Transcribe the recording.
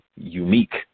unique